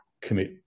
commit